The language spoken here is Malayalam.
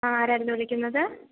ആ ആരായിരുന്നു വിളിക്കുന്നത്